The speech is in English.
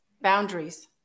Boundaries